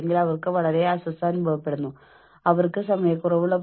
അല്ലെങ്കിൽ ഇനി സാധുതയില്ലാത്ത കടലാസുകളോ നോട്ടീസുകളുടെ പകർപ്പുകളോ